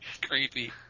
creepy